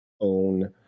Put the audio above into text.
own